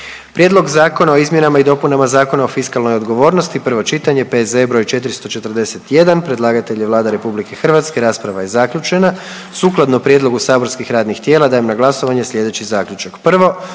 Prijedlog zakona o izmjenama i dopunama Zakona o fiskalnoj odgovornosti, prvo čitanje, P.Z.E. br. 441. Predlagatelj je Vlada Republike Hrvatske. Rasprava je zaključena. Sukladno prijedlogu saborskih radnih tijela dajem na glasovanje sljedeći zaključak: